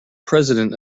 president